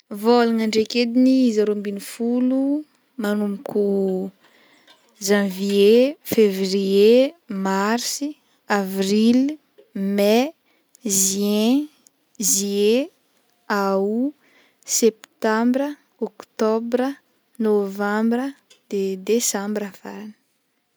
Volagna ndraiky ediny izy aroa ambin'ny folo, manomboko janvie, fevrie, marsy, avril, mey, juin, juillet aout, septambra, oktobra, novambra de desambra faragny.